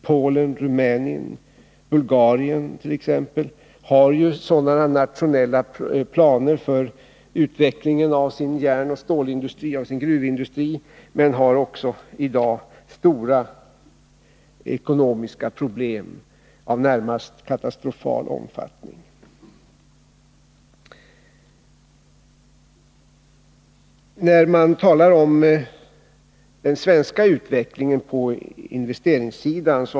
Polen, Rumänien och Bulgarien t.ex. har sådana nationella planer för utvecklingen av sin järnoch stålindustri och sin gruvindustri men har också i dag ekonomiska problem av närmast katastrofal omfattning. Här har talats om den svenska utvecklingen på investeringssidan.